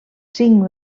cinc